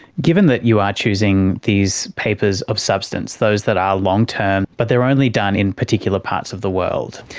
given that you are choosing these papers of substance, those that are long-term, but they are only done in particular parts of the world,